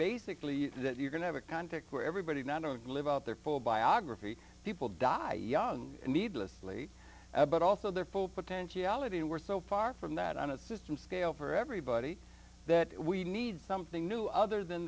basically that you can have a context where everybody not only live out their full biography people die young needlessly but also their full potential ality and we're so far from that on a system scale for everybody that we need something new other than